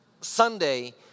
Sunday